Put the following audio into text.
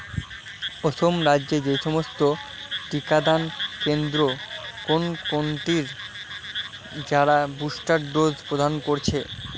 অসম রাজ্যে যে সমস্ত টিকাদান কেন্দ্র কোন কোনটির যারা বুস্টার ডোজ প্রদান করছে